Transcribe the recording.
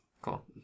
Cool